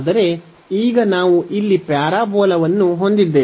ಆದರೆ ಈಗ ನಾವು ಇಲ್ಲಿ ಪ್ಯಾರಾಬೋಲಾವನ್ನು ಹೊಂದಿದ್ದೇವೆ